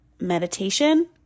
meditation